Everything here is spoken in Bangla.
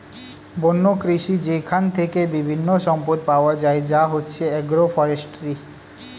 বন্য কৃষি যেইখান থেকে বিভিন্ন সম্পদ পাওয়া যায় যা হচ্ছে এগ্রো ফরেষ্ট্রী